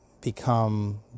become